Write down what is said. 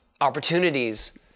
opportunities